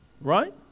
Right